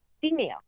female